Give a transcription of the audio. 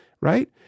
Right